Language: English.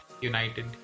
United